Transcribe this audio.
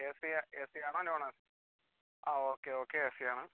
ഏ സിയാ ഏ സിയാണോ നോണ് ആണോ ആ ഓക്കെ ഓക്കെ ഏ സിയാണ്